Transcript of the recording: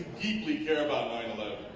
deeply care about nine